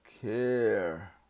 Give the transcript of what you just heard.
care